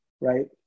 right